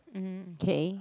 mm K